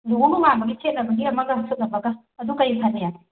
ꯂꯨꯍꯣꯡ ꯅꯣꯡꯉꯥꯟꯕꯒꯤ ꯁꯦꯠꯅꯕꯒꯤ ꯑꯃꯒ ꯁꯨꯠ ꯑꯃꯒ ꯑꯗꯨ ꯀꯩꯅ ꯐꯅꯤ